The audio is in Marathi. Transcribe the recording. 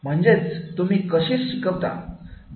म्हणजेच तुम्ही कसे शिकवता